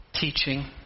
teaching